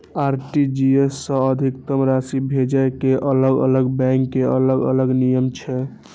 RTGS सं अधिकतम राशि भेजै के अलग अलग बैंक के अलग अलग नियम छै